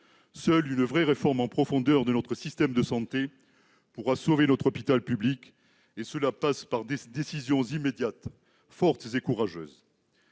Seule une vraie réforme en profondeur de notre système de santé pourra sauver notre hôpital public ; cela passe par des décisions immédiates, fortes et courageuses